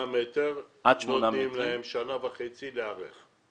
מטר --- עד שמונה מטר --- ניתן להם שנה וחצי להיערך.